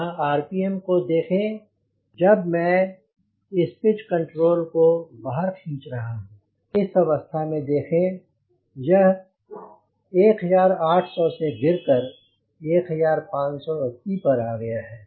यहाँ आरपीएम को देखें जब मैं इस पिच कण्ट्रोल को बाहर खींच रहा हूँ इस अवस्था में देखें यह 1800 से गिर कर 1580 पर आ गया है